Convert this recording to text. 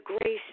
grace